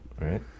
Right